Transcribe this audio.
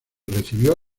recibió